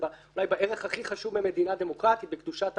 אולי בערך הכי חשוב במדינה דמוקרטית בקדושת החיים,